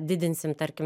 didinsim tarkim